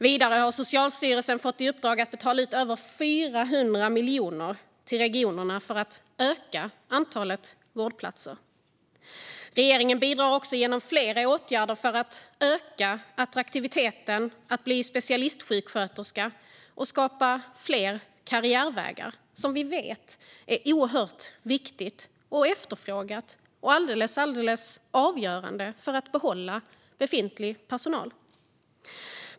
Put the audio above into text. Vidare har Socialstyrelsen fått i uppdrag att betala ut över 400 miljoner till regionerna för att öka antalet vårdplatser. Regeringen bidrar även genom flera åtgärder för att öka attraktiviteten att bli specialistsjuksköterska och skapa fler karriärvägar. Vi vet att detta är oerhört viktigt och efterfrågat och alldeles avgörande för att behålla befintlig personal.